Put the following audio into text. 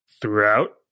throughout